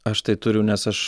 aš tai turiu nes aš